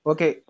Okay